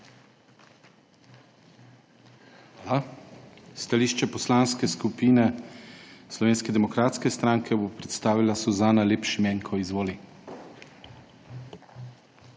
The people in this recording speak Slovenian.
Hvala. Stališče Poslanske skupine Slovenske demokratske stranke bo predstavila Suzana Lep Šimenko. Izvoli.